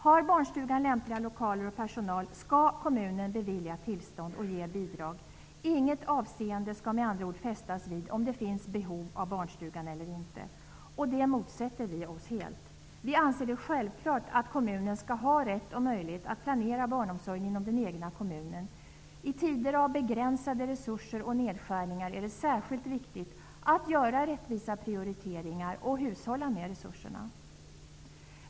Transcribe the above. Har barnstugan lämpliga lokaler och personal skall kommunen bevilja tillstånd och ge bidrag. Inget avseende skall med andra ord fästas vid om det finns behov av barnstugan eller inte. Detta motsätter vi oss helt. Vi anser det självklart att kommunen skall ha rätt och möjlighet att planera barnomsorgen inom den egna kommunen. I tider av begränsade resurser och nedskärningar är det särskilt viktigt att göra rättvisa prioriteringar och hushålla med resurserna.